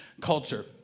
Culture